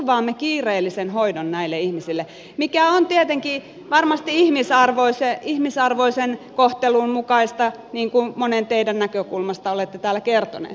anne kiireellisen hoidon näille ihmisille mikä on tietenkin varmasti ihmisarvoisen kohtelun mukaista niin kuin monen teidän omasta näkökulmastanne olette täällä kertoneet